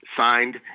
signed